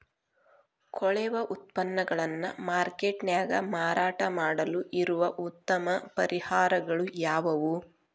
ಕೊಳೆವ ಉತ್ಪನ್ನಗಳನ್ನ ಮಾರ್ಕೇಟ್ ನ್ಯಾಗ ಮಾರಾಟ ಮಾಡಲು ಇರುವ ಉತ್ತಮ ಪರಿಹಾರಗಳು ಯಾವವು?